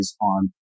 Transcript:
on